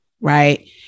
right